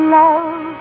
love